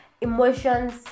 emotions